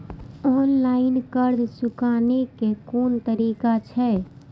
Online कर्ज चुकाने के कोन तरीका छै?